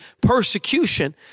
persecution